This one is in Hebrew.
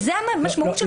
זאת המשמעות של חזקת החפות.